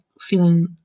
feeling